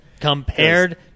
Compared